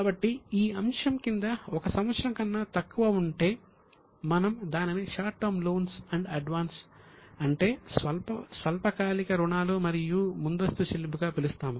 కాబట్టి ఈ అంశం కింద 1 సంవత్సరం కన్నా తక్కువ ఉంటే మనము దానిని short term loans and advance అంటే స్వల్పకాలిక రుణాలు మరియు ముందస్తు చెల్లింపు గా పిలుస్తాము